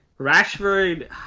Rashford